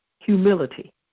Humility